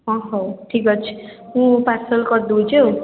ହଁ ହଉ ଠିକ୍ ଅଛି ମୁଁ ପାର୍ସଲ୍ କରି ଦେଉଛି ଆଉ